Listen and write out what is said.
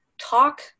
talk